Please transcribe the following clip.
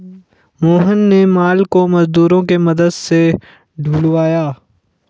मोहन ने माल को मजदूरों के मदद से ढूलवाया